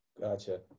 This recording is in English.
Gotcha